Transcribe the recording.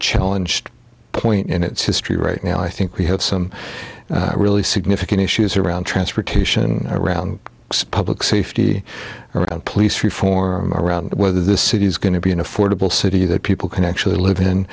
challenged point in its history right now i think we have some really significant issues around transportation around public safety around police reform around whether the city is going to be an affordable city that people can actually live in